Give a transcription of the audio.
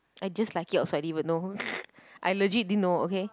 I just like it also I didn't even know I legit didn't know okay